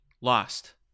lost